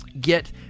get